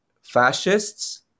fascists